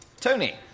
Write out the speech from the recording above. Tony